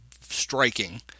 striking